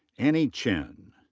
annie chen.